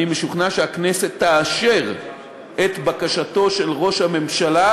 אני משוכנע שהכנסת תאשר את בקשתו של ראש הממשלה,